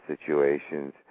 situations